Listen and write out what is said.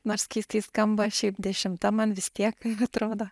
nors keistai skamba šiaip dešimta man vis tiek atrodo